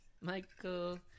michael